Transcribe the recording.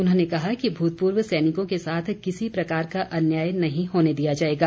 उन्होंने कहा कि भूतपूर्व सैनिकों के साथ किसी प्रकार का अन्याय नहीं होने दिया जाएगा